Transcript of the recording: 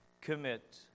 commit